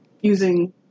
using